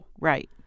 Right